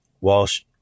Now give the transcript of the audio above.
Walsh